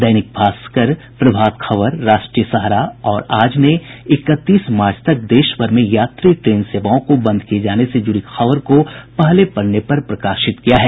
दैनिक भास्कर प्रभात खबर राष्ट्रीय सहारा और आज ने इकतीस मार्च तक देशभर में यात्री ट्रेन सेवाओं को बंद किये जाने से जुड़ी खबर को पहले पन्ने पर प्रकाशित किया है